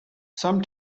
some